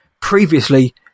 Previously